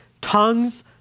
Tongues